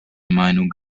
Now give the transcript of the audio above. meinung